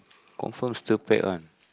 confirm still pack one